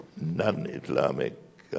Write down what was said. non-Islamic